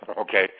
okay